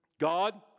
God